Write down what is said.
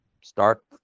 start